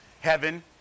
heaven